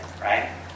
right